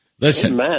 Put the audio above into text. Listen